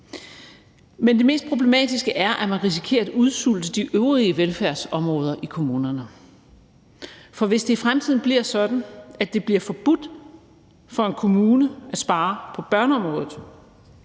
Men det mest problematiske er, at man risikerer at udsulte de øvrige velfærdsområder i kommunerne. For hvis det i fremtiden bliver sådan, at det bliver forbudt for en kommune at spare på børneområdet,